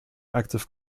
active